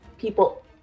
People